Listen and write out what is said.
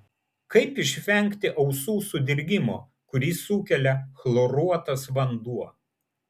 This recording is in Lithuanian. kaip išvengti ausų sudirgimo kurį sukelia chloruotas vanduo